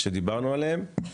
עליהם דיברנו.